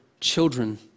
children